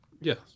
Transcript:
Yes